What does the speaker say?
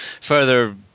Further